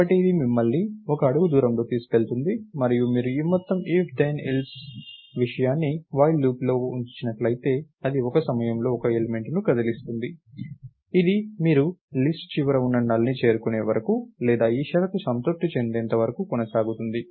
కాబట్టి ఇది మిమ్మల్ని ఒక అడుగు దూరంలో తీసుకెళ్తుంది మరియు మీరు ఈ మొత్తం if then else విషయాన్ని వైల్ లూప్ లోపల ఉంచినట్లయితే అది ఒక సమయంలో ఒక ఎలిమెంట్ ను కదిలిస్తుంది ఇది మీరు లిస్ట్ చివర ఉన్న nullని చేరుకునే వరకు లేదా ఈ షరతు సంతృప్తి చెందేంతవరకు కొనసాగుతుంది